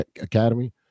academy